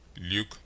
Luke